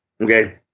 okay